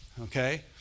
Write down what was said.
okay